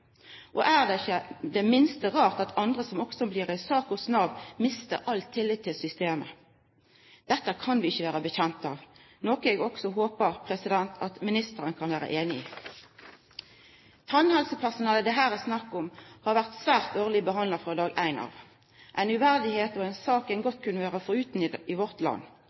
yrkesskadeerstatningssaker? Det er ikkje det minste rart at andre som også blir ei sak hos Nav, mister all tillit til systemet. Dette kan vi ikkje vedkjenne oss, noko eg også håpar at ministeren kan vera einig i. Det tannhelsepersonalet det her er snakk om, har vore svært dårleg behandla frå dag éin. Det er uverdig, og ei sak ein godt kunne vore forutan i vårt land.